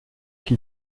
qui